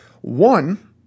One